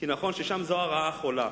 כי נכון ששם זו הרעה החולה.